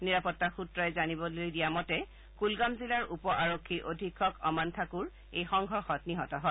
নিৰাপত্তা সূত্ৰই জানিবলৈ দিয়া মতে কুলগাম জিলাৰ উপ আৰক্ষী অধীক্ষক অমন ঠাকুৰ এই সংঘৰ্ষত নিহত হয়